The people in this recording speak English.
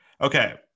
okay